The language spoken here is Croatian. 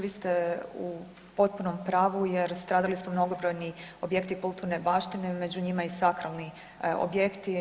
Vi ste u potpunom pravu jer stradali su mnogobrojni objekti kulturne baštine, među njima i sakralni objekti.